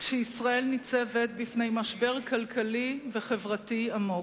כשישראל ניצבת בפני משבר כלכלי וחברתי עמוק.